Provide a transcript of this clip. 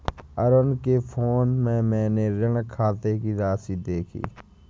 अरुण के फोन में मैने ऋण खाते की राशि देखी